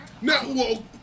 No